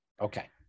Okay